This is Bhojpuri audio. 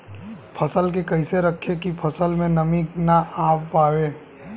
फसल के कैसे रखे की फसल में नमी ना आवा पाव?